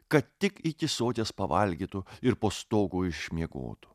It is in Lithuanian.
kad tik iki soties pavalgytų ir po stogu išmiegotų